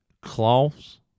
cloths